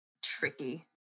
Tricky